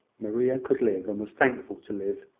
maria could live, and was thankful to live,